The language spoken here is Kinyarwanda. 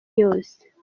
yose